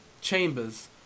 Chambers